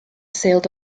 sailed